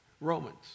Romans